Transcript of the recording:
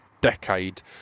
decade